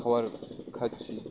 খওয়ার খরচা